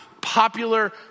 popular